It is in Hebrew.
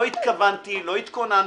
לא התכוונתי, לא התכוננתי,